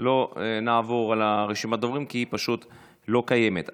לא נעבור על רשימת הדוברים, כי היא פשוט לא קיימת.